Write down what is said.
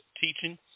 teaching